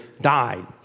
died